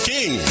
King